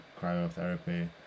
cryotherapy